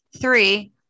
three